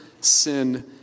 sin